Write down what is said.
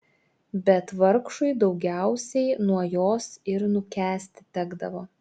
bet vargšui daugiausiai nuo jos ir nukęsti tekdavo